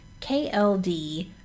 kld